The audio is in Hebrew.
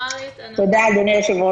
(דיונים בבתי משפט ובבתי דין בהשתתפות